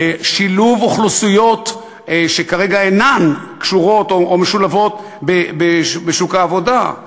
שילוב אוכלוסיות שכרגע אינן קשורות או משולבות בשוק העבודה,